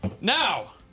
Now